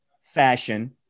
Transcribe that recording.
fashion